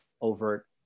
overt